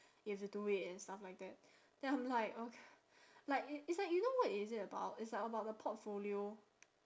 you have to do it and stuff like that then I'm like o~ like it's like you know what is it about it's like about the portfolio